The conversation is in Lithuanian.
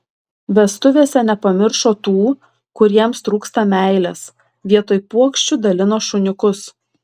vestuvėse nepamiršo tų kuriems trūksta meilės vietoj puokščių dalino šuniukus